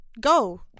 go